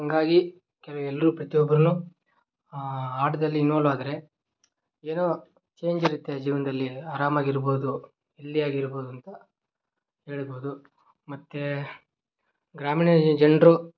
ಹಂಗಾಗಿ ಕೆಲ ಎಲ್ಲರೂ ಪ್ರತಿಯೊಬ್ರೂ ಆಟದಲ್ಲಿ ಇನ್ವಾಲ್ವ್ ಆದರೆ ಏನೋ ಚೇಂಜ್ ಇರುತ್ತೆ ಜೀವನದಲ್ಲಿ ಆರಾಮಾಗಿರ್ಬೋದು ಹೆಲ್ದಿಯಾಗಿರ್ಬೋದು ಅಂತ ಹೇಳ್ಬೋದು ಮತ್ತು ಗ್ರಾಮೀಣ ಜನರು